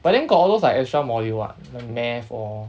but then got all those like extra module what the math all